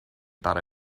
thought